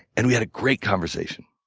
and we had a great conversation.